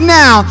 now